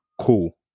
Cool